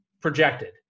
projected